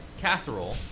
casserole